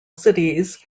cities